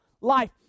life